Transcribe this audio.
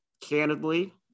candidly